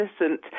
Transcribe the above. innocent